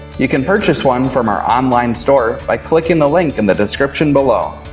you can purchase one from our online store by clicking the link in the description below.